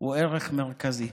הוא ערך מרכזי.